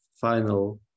final